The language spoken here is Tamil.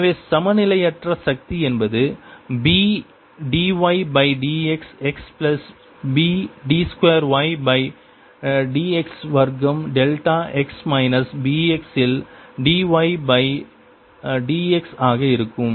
எனவே சமநிலையற்ற சக்தி என்பது B dy பை dx x plus B d 2 y பை dx வர்க்கம் delta x minus B x இல் dy பை dx ஆக இருக்கும்